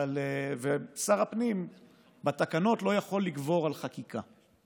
שר הפנים לא יכול לגבור על חקיקה בתקנות.